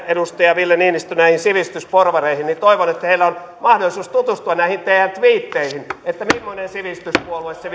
edustaja ville niinistö näihin sivistysporvareihin niin toivon että heillä on mahdollisuus tutustua näihin teidän tviitteihinne että millainen sivistyspuolue se